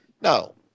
No